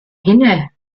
hinne